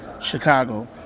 Chicago